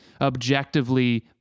objectively